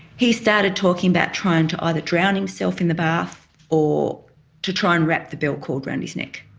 he started talking about trying to either drown himself in the bath or to try and wrap the belt cord around his neck.